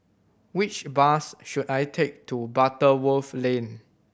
which bus should I take to Butterworth Lane